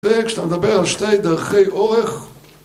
וכשאתה מדבר על שתי דרכי אורך